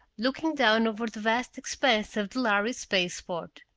looking down over the vast expanse of the lhari spaceport.